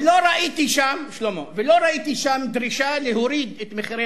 ולא ראיתי שם דרישה להוריד את מחירי